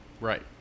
right